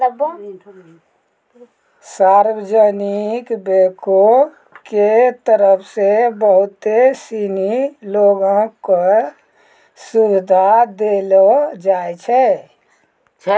सार्वजनिक बैंको के तरफ से बहुते सिनी लोगो क सुविधा देलो जाय छै